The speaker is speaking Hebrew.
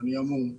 אני המום.